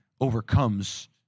overcomes